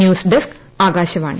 news desk Akashvani